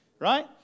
Right